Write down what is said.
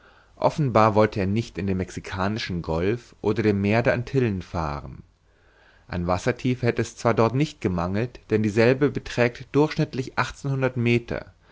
offenbar wollte er nicht in dem mexikanischen golf oder dem meer der antillen fahren an wassertiefe hätte es zwar dort nicht gemangelt denn dieselbe beträgt durchschnittlich achtzehnhundert meter